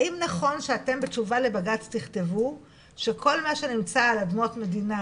האם נכון שאתם בתשובה לבג"צ תכתבו - שכל מה שנמצא על אדמות מדינה,